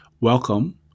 Welcome